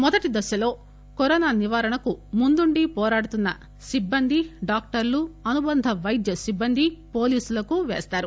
మొదటి దశలో కరోనా నివారణకు ముందుండి వోరాడుతున్న సిబ్బంది డాక్టర్లు అనుబంధ పైద్య సిబ్బంది పోలీసులకు పేస్తారు